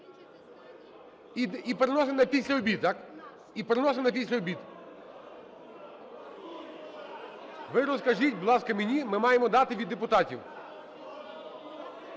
І переложимо на після обід? Ви розкажіть, будь ласка, мені, ми маємо дати від депутатів.